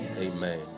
Amen